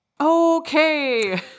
Okay